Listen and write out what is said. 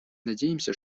надеемся